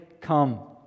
come